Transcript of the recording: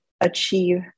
achieve